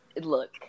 Look